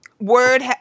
word